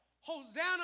Hosanna